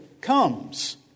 comes